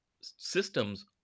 systems